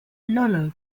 lolo